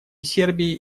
сербии